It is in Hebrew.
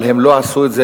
אבל הם לא עשו את זה,